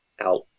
out